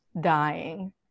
dying